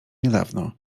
niedawno